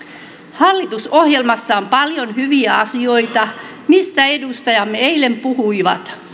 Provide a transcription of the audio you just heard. hallitusohjelmassa on paljon hyviä asioita joista edustajamme eilen puhuivat